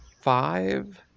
five